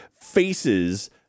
faces